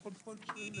הישיבה ננעלה בשעה 14:20.